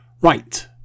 Right